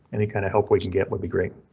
any kind of help we can get would be great.